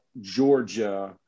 Georgia